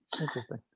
Interesting